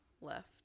left